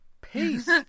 Peace